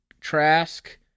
Trask